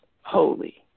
holy